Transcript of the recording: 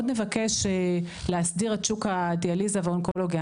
נבקש להסדיר את שוק הדיאליזה והאונקולוגיה.